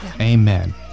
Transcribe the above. Amen